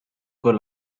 con